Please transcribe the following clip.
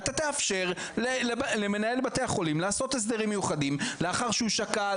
אתה תאפשר למנהל בית החולים לעשות הסדרים מיוחדים לאחר שהוא שקל,